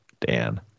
Dan